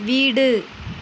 வீடு